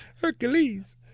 Hercules